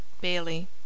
BAILEY